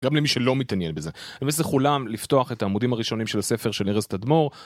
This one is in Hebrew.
גם למי שלא מתעניין בזה וזה חולם לפתוח את העמודים הראשונים של הספר של ארז תדמור.